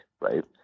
right